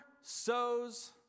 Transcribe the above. sows